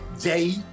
day